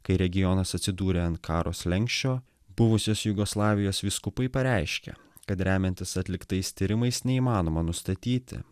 kai regionas atsidūrė ant karo slenksčio buvusios jugoslavijos vyskupai pareiškė kad remiantis atliktais tyrimais neįmanoma nustatyti